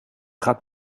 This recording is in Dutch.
gaat